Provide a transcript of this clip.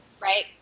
Right